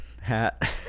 hat